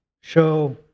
show